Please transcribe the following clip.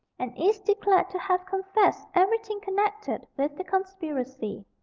and is declared to have confessed everything connected with the conspiracy.